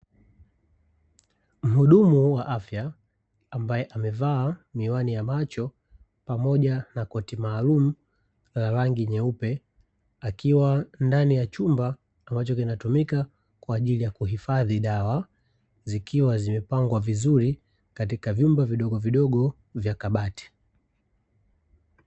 Mhudumu wa afya, ambaye amevaa miwani ya macho, pamoja na koti maalumu la rangi nyeupe, akiwa ndani ya chumba ambacho kinatumika kwa ajili ya kuhifadhi dawa, zikiwa zimepangwa vizuri, katika vyumba vidogovidogo vya kabati.